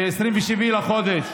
ב-27 בחודש,